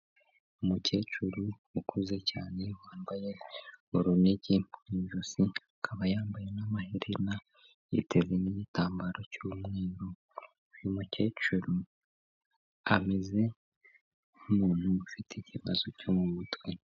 Umukecuru ukuze cyane wambaye urunigi mu ijosi, akaba yambaye n'amaherena yiteze n'igitambaro cy'umweru, uyu mukecuru ameze nk'umuntu ufite ikibazo cyo mu mutwe.